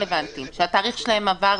שהתאריך שלהם עבר.